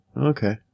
Okay